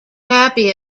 happy